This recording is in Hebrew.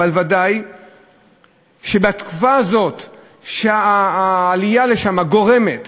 אבל ודאי שבתקופה הזאת העלייה לשם גורמת,